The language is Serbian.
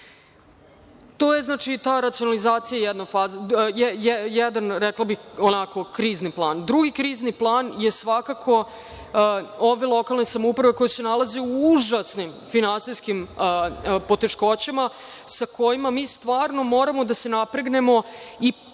To je ta racionalizacija jedan, rekla bih, onako krizni plan. Drugi krizni plan je svakako, ove lokalne samouprave koje se nalaze u užasnim finansijskim poteškoćama sa kojima mi stvarno moramo da se napregnemo i